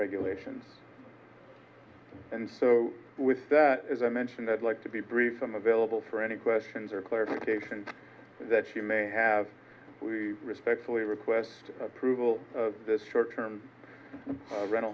regulations and so with that as i mentioned that like to be brief some available for any questions or clarification that you may have we respectfully request approval of this short term rental